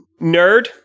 nerd